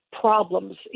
problems